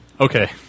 Okay